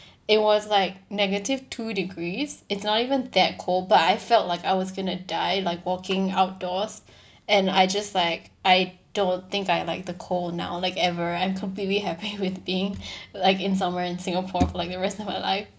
it was like negative two degrees it's not even that cold but I felt like I was going to die like walking outdoors and I just like I don't think I like the cold now like ever I'm completely happy with being like in somewhere in singapore for like the rest of my life